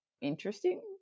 interesting